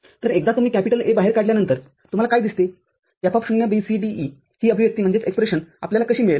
तर एकदा तुम्ही A बाहेर काढल्यानंतर तुम्हाला काय दिसते F0BCDE ही अभिव्यक्ती आपल्याला कशी मिळेल